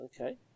Okay